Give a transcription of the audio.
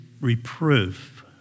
reproof